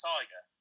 Tiger